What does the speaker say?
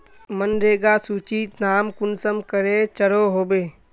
मनरेगा सूचित नाम कुंसम करे चढ़ो होबे?